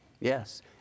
Yes